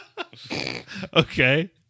Okay